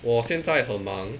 我现在很忙